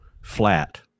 flat